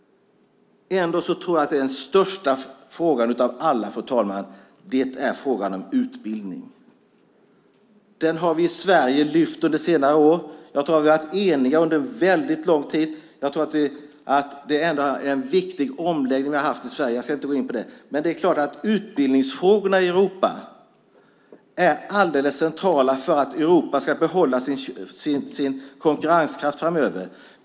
Ändå tror jag att den största frågan av alla, fru talman, är frågan om utbildning. Den har vi i Sverige lyft fram under senare år. Jag tror att vi har varit eniga under väldigt lång tid. Ändå är det en viktig omläggning vi har haft i Sverige. Jag ska inte gå in på det, men det är klart att utbildningsfrågorna i Europa är alldeles centrala för att Europa ska behålla sin konkurrenskraft framöver.